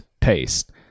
paste